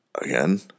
again